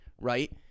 right